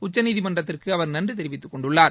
உச்சநீதிமன்றத்திற்குஅவர் நன்றிதெரிவித்துக்கொண்டார்